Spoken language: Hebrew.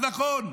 אז נכון,